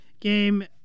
game